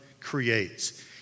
creates